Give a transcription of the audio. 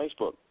Facebook